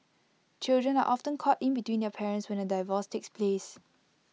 children are often caught in between their parents when A divorce takes place